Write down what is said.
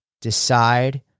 decide